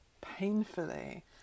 painfully